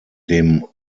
dem